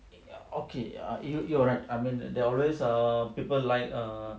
okay err you are right I mean there always err people like err